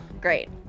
Great